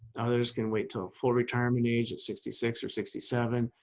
others can wait to a full retirement age at sixty six or sixty seven.